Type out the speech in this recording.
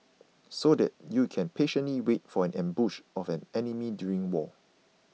so that you can patiently wait for an ambush of an enemy during war